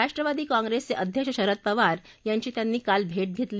राष्ट्रवादी काँग्रेसचे अध्यक्ष शरद पवार यांची त्यांनी काल भे घेतली